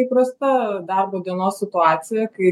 įprasta darbo dienos situacija kai